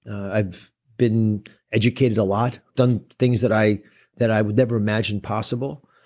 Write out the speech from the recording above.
i've been educated a lot, done things that i that i would never imagine possible,